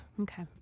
Okay